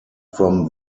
from